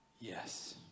yes